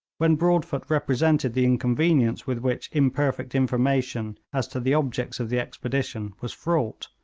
when broadfoot represented the inconvenience with which imperfect information as to the objects of the expedition was fraught,